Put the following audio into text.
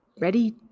ready